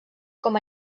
com